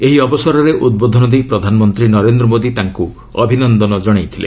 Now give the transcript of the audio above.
ଏହି ଅବସରରେ ଉଦ୍ବୋଧନ ଦେଇ ପ୍ରଧାନମନ୍ତ୍ରୀ ନରେନ୍ଦ୍ର ମୋଦୀ ତାଙ୍କୁ ଅଭିନନ୍ଦନ ଜଣାଇଥିଲେ